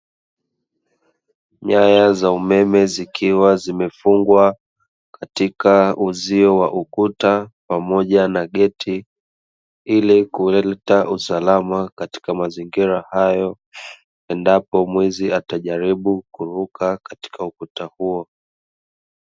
Nyaya za umeme zikiwa zimefungwa katika uzio wa ukuta pamoja na geti, ili kuleta usalama katika mazingira hayo endapo mwizi atajaribu kuruka katika ukuta huo.